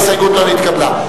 ההסתייגות לא נתקבלה.